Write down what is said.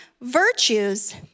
virtues